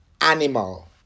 animal